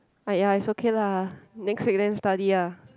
!aiya! is okay lah next year you then study lah